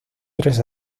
tres